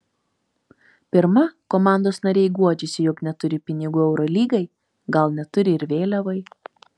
pirma komandos nariai guodžiasi jog neturi pinigų eurolygai gal neturi ir vėliavai